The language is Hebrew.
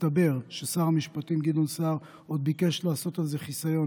מסתבר ששר המשפטים גדעון סער ביקש לעשות על זה חיסיון